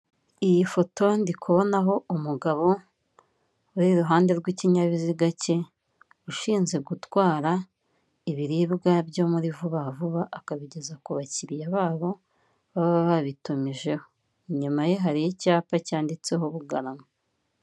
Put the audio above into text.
Iyi foto ndikubonaho umugabo uri iruhande rw'ikinyabiziga cye ushinzwe gutwara ibiribwa byo muri vuba vuba akabigeza ku bakiriya babo baba babitumijeho, inyuma ye hari icyapa cyanditseho Bugarama.